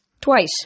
Twice